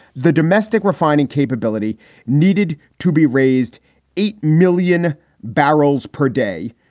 the domestic refining capability needed to be raised eight million barrels per day.